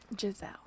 Giselle